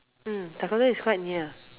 mm Dakota is quite near